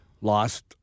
lost